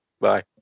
Bye